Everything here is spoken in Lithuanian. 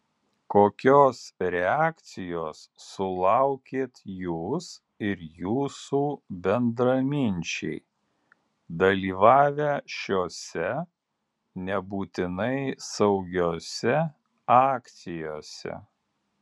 kokios reakcijos sulaukėt jūs ir jūsų bendraminčiai dalyvavę šiose nebūtinai saugiose akcijose